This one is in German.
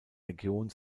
region